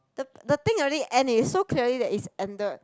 the the thing already end is so clearly that is ended